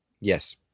Yes